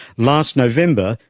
last november,